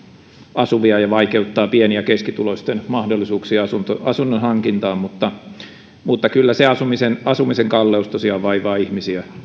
asuvia ja vaikeuttavat pieni ja keskituloisten mahdollisuuksia asunnon hankintaan kyllä se asumisen asumisen kalleus tosiaan vaivaa ihmisiä